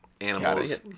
animals